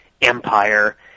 Empire